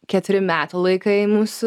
keturi metų laikai mūsų